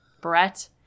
Brett